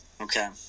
Okay